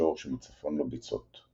ובמישור שמצפון לו ביצות.